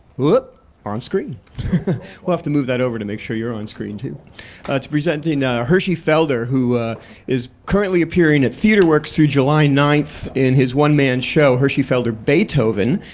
whoop on screen we'll have to move that over to make sure you're on screen too to presenting hershey felder, who is currently appearing at theater works through july nine in his one-man show, hershey felder, beethoven,